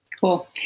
Cool